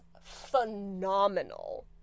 phenomenal